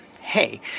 Hey